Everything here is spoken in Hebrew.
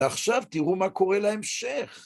עכשיו תראו מה קורה להמשך.